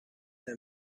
the